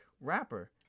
rapper